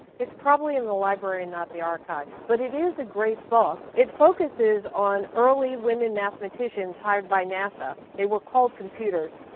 it's probably in the library, not the archives but it is a great book. it focuses on early women mathematicians hired by nasa. they were called computers,